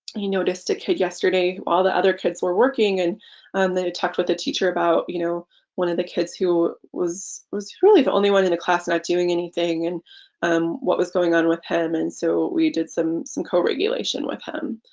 you noticed a kid yesterday who all the other kids were working and um they talked with a teacher about you know one of the kids who was was really the only one in the class not doing anything and um what was going on with him and so we did some some co-regulation with him.